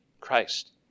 Christ